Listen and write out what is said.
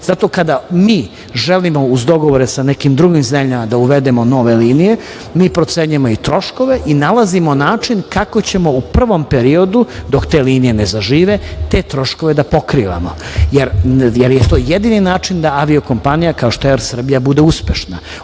Zato kada mi želimo uz dogovore sa nekim drugim zemljama da uvedemo nove linije mi procenjujemo i troškove i nalazimo način kako ćemo u prvom periodu dok te linije ne zažive te troškove da pokrivamo, jer je to jedini način da avio kompanija kao što je „Er Srbija“ bude uspešna.